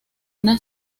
una